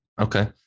Okay